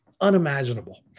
unimaginable